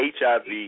HIV